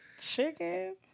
Chicken